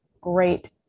great